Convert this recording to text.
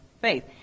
faith